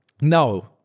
no